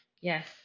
Yes